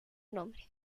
nombre